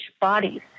bodies